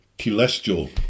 Celestial